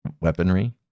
Weaponry